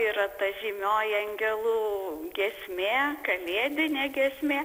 yra ta žymioji angelų giesmė kalėdinė giesmė